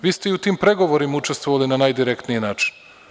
Vi ste i u tim pregovorima učestvovali na najdirektniji način.